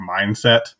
mindset